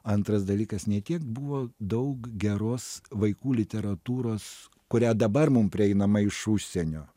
antras dalykas ne tiek buvo daug geros vaikų literatūros kurią dabar mum prieinama iš užsienio